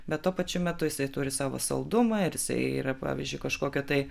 bet tuo pačiu metu jisai turi savo saldumą ir jisai yra pavyzdžiui kažkokio tai